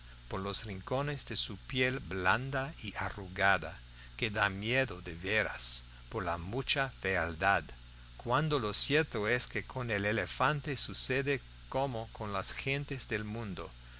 por los rincones de su piel blanda y arrugada que da miedo de veras por la mucha fealdad cuando lo cierto es que con el elefante sucede como con las gentes del mundo